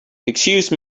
excuse